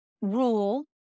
rule